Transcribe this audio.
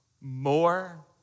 more